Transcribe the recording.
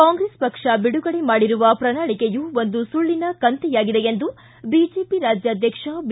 ಕಾಂಗ್ರೆಸ್ ಪಕ್ಷ ಬಿಡುಗಡೆ ಮಾಡಿರುವ ಪ್ರಣಾಳಕೆಯು ಒಂದು ಸುಳ್ಳನ ಕಂತೆಯಾಗಿದೆ ಎಂದು ಬಿಜೆಪಿ ರಾಜ್ಗಾಧ್ಯಕ್ಷ ಬಿ